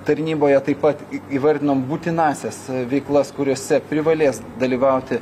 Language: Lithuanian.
tarnyboje taip pat įvardinom būtinąsias veiklas kuriose privalės dalyvauti